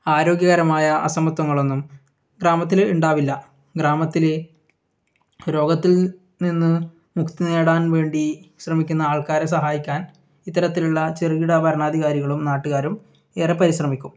ആരോഗ്യകരമായ അസമത്വങ്ങളൊന്നും ഗ്രാമത്തിൽ ഉണ്ടാവില്ല ഗ്രാമത്തിൽ രോഗത്തിൽ നിന്ന് മുക്തി നേടാൻ വേണ്ടി ശ്രമിക്കുന്ന ആൾക്കാരെ സഹായിക്കാൻ ഇത്തരത്തിലുള്ള ചെറുകിട ഭരണാധികാരികളും നാട്ടുകാരും ഏറെ പരിശ്രമിക്കും